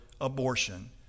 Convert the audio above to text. abortion